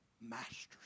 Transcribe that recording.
master's